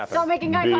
so making eye yeah